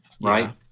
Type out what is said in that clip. right